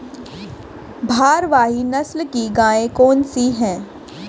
भारवाही नस्ल की गायें कौन सी हैं?